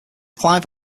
clive